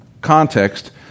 context